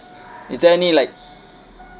is there any like